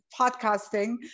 podcasting